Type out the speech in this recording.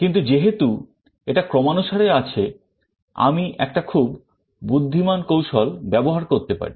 কিন্তু যেহেতু এটা ক্রমানুসারে আছে আমি একটা খুব বুদ্ধিমান কৌশল ব্যবহার করতে পারি